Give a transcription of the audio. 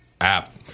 app